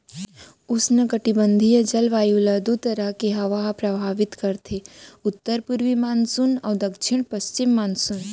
उस्नकटिबंधीय जलवायु ल दू तरह के हवा ह परभावित करथे उत्तर पूरवी मानसून अउ दक्छिन पस्चिम मानसून